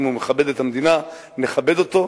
אם הוא מכבד את המדינה, נכבד אותו.